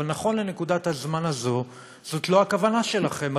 אבל נכון לנקודת הזמן הזאת זו לא הכוונה שלכם.